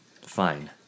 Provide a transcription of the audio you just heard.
Fine